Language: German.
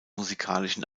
musikalischen